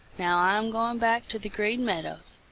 now i am going back to the green meadows,